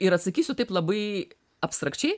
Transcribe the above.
ir atsakysiu taip labai abstrakčiai